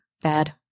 Bad